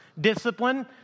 discipline